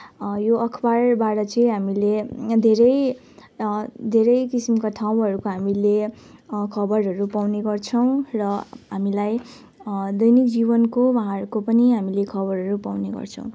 यो अखबारबाट चाहिँ हामीले धेरै धेरै किसिमको ठाउँहरूको हामीले खबरहरू पाउने गर्छौँ र हामीलाई दैनिक जीवनको उहाँहरूको पनि हामीले खबरहरू पाउने गर्छौँ